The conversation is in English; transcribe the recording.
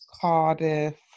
Cardiff